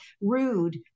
rude